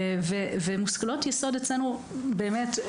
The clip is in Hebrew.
מושכלות יסוד אצלנו באמת,